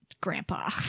Grandpa